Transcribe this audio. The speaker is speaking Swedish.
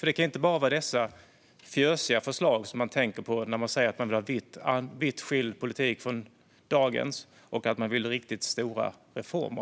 Det kan ju inte bara vara dessa fjösiga förslag som man tänker på när man säger att man vill ha en politik som är vitt skild från dagens och att man vill se riktigt stora reformer.